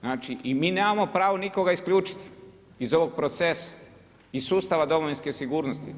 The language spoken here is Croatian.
Znači i mi nemamo pravo nikoga isključiti iz ovog procesa, iz sustava domovinske sigurnosti.